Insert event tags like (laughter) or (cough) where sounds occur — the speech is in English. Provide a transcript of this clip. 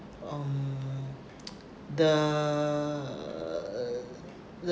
um (noise) the